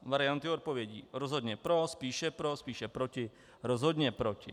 Varianty odpovědí: rozhodně pro, spíše pro, spíše proti, rozhodně proti.